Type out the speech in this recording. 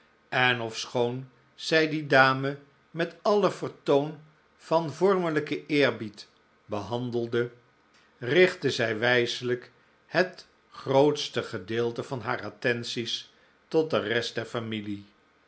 en ofschoon zij die dame met alle vertoon van vormelijken eerbied behandelde richtte zij wijselijk het grootste gedeelte van haar attenties tot de rest der familie